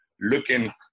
looking